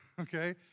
Okay